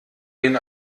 den